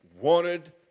wanted